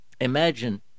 Imagine